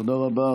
תודה רבה.